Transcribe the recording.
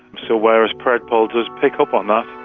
so whereas predpol does pick up on that,